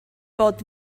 bod